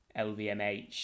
LVMH